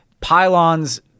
Pylons